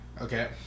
Okay